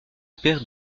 père